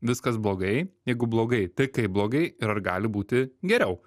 viskas blogai jeigu blogai tai kaip blogai ir ar gali būti geriau